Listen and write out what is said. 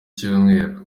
cyumweru